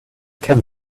can